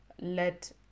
let